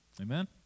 Amen